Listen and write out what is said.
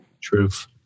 Truth